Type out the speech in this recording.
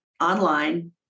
online